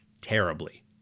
terribly